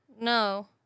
No